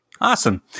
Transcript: awesome